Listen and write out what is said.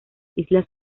islas